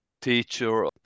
teacher